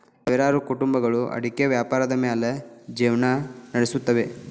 ಸಾವಿರಾರು ಕುಟುಂಬಗಳು ಅಡಿಕೆ ವ್ಯಾಪಾರದ ಮ್ಯಾಲ್ ಜಿವ್ನಾ ನಡಸುತ್ತವೆ